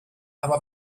aber